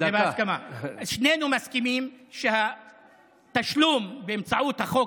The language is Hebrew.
שנינו מסכימים שהתשלום באמצעות החוק